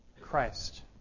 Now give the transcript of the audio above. Christ